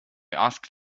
asked